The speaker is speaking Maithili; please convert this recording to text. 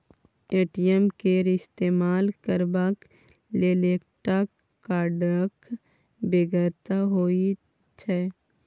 ए.टी.एम केर इस्तेमाल करबाक लेल एकटा कार्डक बेगरता होइत छै